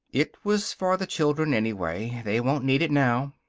it was for the children, anyway. they won't need it now.